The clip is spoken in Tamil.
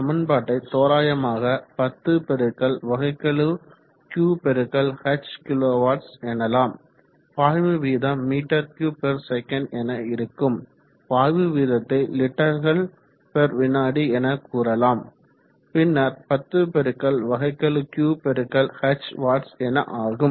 சமன்பாட்டை தோராயமாக 10 Qdot h கிலோ வாட்ஸ் எனலாம் பாய்வு வீதம் m3s என இருக்கும் பாய்வு வீதத்தை லிட்டர்கள்வினாடி என கூறலாம் பின்னர் 10 Q dot H வாட்ஸ் என ஆகும்